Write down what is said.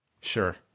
Sure